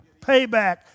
Payback